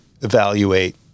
evaluate